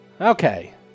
Okay